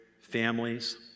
families